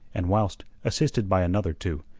and whilst, assisted by another two,